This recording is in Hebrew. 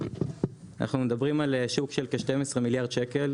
אנחנו מדברים על שוק של כ-12 מיליארד שקל,